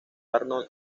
arnold